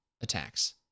attacks